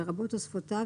לרבות תוספותיו,